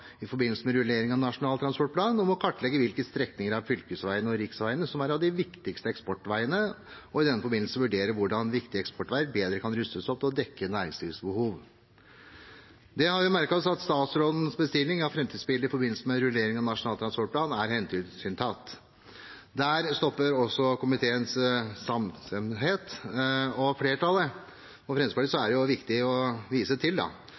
i forbindelse med rullering av Nasjonal transportplan, ba regjeringen om å kartlegge hvilke strekninger av fylkesveiene og riksveiene som er de viktigste eksportveiene, og i den forbindelse vurdere hvordan viktige eksportveier bedre kan rustes opp til å dekke næringslivets behov. Det har vi merket oss er hensyntatt i statsrådens bestilling av framtidsbilde i forbindelse med rullering av Nasjonal transportplan. Der stopper også komiteens samstemthet. For flertallet og Fremskrittspartiet er det viktig å vise til